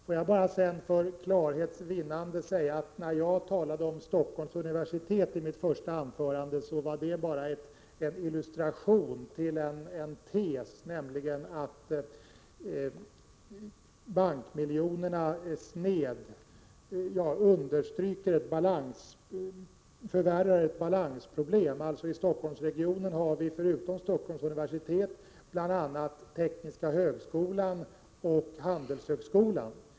Får jag sedan bara för klarhets vinnande säga att när jag talade om Stockholms universitet i mitt första anförande, så var det bara som illustration till en tes, nämligen att bankmiljonerna förvärrar ett balansproblem. I Stockholmsregionen har vi, förutom Stockholms universitet, bl.a. Tekniska högskolan och Handelshögskolan.